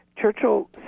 Churchill